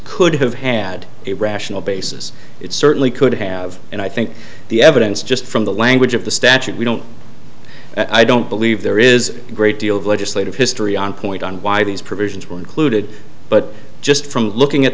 could have had a rational basis it certainly could have and i think the evidence just from the language of the statute we don't i don't believe there is a great deal of legislative history on point on why these provisions were included but just from looking at